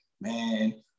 man